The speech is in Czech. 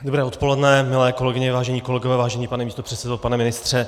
Dobré odpoledne, milé kolegyně, vážení kolegové, vážený pane místopředsedo, pane ministře.